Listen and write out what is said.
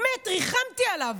באמת, ריחמתי עליו.